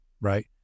right